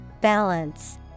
Balance